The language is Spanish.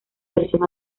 versión